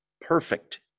perfect